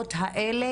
המראות האלה,